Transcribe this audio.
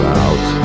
out